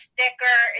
thicker